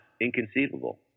inconceivable